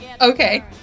Okay